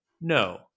No